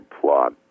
plot